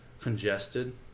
congested